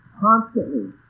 constantly